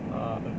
uh okay